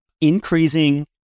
increasing